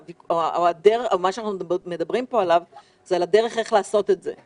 אנחנו מדברים פה על הדרך לעשות את זה,